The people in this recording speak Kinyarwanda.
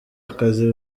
akazi